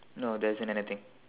no there isn't anything